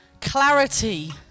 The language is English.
clarity